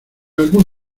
algún